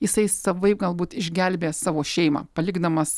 jisai savaip galbūt išgelbės savo šeimą palikdamas